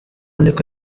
niko